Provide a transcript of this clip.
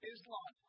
Islam